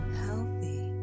healthy